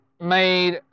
made